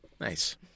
Nice